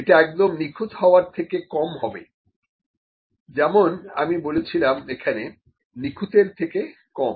এটা একদম নিখুঁত হওয়ার থেকে কম হবে যেমন আমি বলেছিলাম এখানে নিখুঁত এর থেকে কম